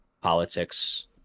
politics